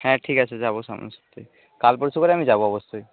হ্যাঁ ঠিক আছে যাব সামনে সপ্তাহয় কাল পরশু তাহলে আমি যাব অবশ্যই